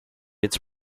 its